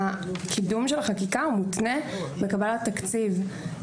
הקידום של החקיקה מותנה בקבלת תקציב.